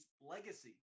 legacy